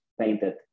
painted